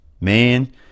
man